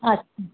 अच्छा